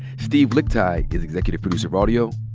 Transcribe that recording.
steve lickteig is executive producer of audio.